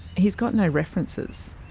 he's got no references.